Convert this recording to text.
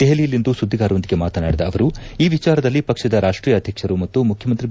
ದೆಹಲಿಯಲ್ಲಿಂದು ಸುದ್ದಿಗಾರರೊಂದಿಗೆ ಮಾತನಾಡಿದ ಅವರು ಈ ವಿಚಾರದಲ್ಲಿ ಪಕ್ಷದ ರಾಷ್ಟ್ರೀಯ ಅಧ್ಯಕ್ಷರು ಮತ್ತು ಮುಖ್ಯಮಂತ್ರಿ ಬಿ